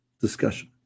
discussion